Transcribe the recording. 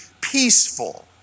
peaceful